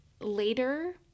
later